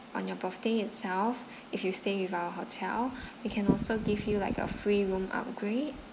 on your birthday itself if you stay with our hotel we can also give you like a free room upgrade